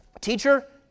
Teacher